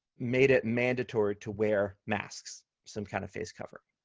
made it mandatory to wear masks, some kind of face cover.